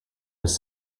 his